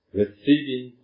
receiving